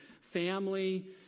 family